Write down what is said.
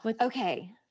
Okay